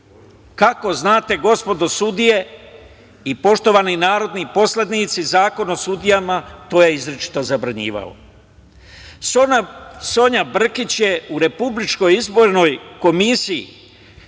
Kako znate, gospodo sudije i poštovani narodni poslanici, Zakon o sudijama to je izričito zabranjivao. Sonja Brkić je u RIK-u na taj